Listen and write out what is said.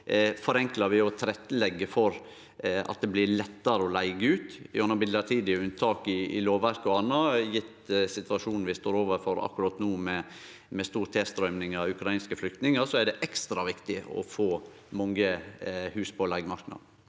forenklar vi og tilrettelegg for at det blir lettare å leige ut gjennom midlertidige unntak i lovverket og anna. I den situasjonen vi står overfor akkurat no, med stor tilstrøyming av ukrainske flyktningar, er det ekstra viktig å få mange hus på leigemarknaden.